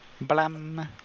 Blam